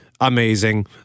amazing